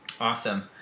Awesome